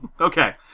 Okay